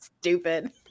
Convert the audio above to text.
stupid